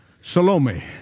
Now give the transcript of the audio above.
Salome